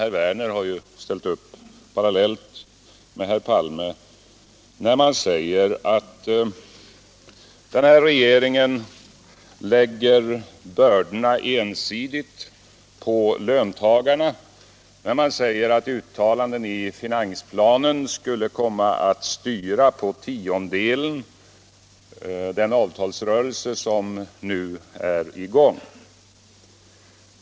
Herr Werner har ställt upp parallellt med herr Palme när man säger att den här regeringen lägger bördorna ensidigt på löntagarna, när man säger att uttalanden i finansplanen skulle komma att styra — på tiondelen — den avtalsrörelse som nu är i gång.